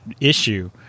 issue